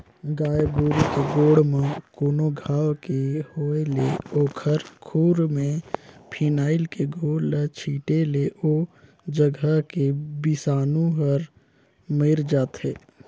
गाय गोरु के गोड़ म कोनो घांव के होय ले ओखर खूर में फिनाइल के घोल ल छींटे ले ओ जघा के बिसानु हर मइर जाथे